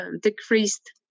decreased